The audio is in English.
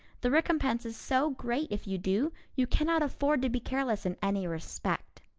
the recompense is so great if you do, you cannot afford to be careless in any respect.